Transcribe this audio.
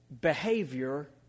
behavior